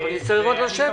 נצטרך עוד לשבת.